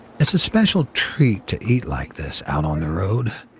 it's a special treat to eat like this out on the road.